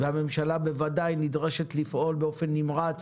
והמדינה בוודאי נדרשת לפעול באופן נמרץ,